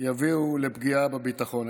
יביא לפגיעה בביטחון.